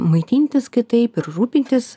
maitintis kitaip ir rūpintis